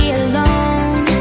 alone